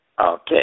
Okay